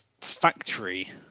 factory